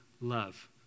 Love